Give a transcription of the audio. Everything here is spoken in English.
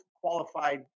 qualified